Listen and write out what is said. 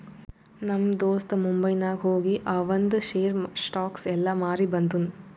ನಮ್ ದೋಸ್ತ ಮುಂಬೈನಾಗ್ ಹೋಗಿ ಆವಂದ್ ಶೇರ್, ಸ್ಟಾಕ್ಸ್ ಎಲ್ಲಾ ಮಾರಿ ಬಂದುನ್